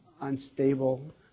unstable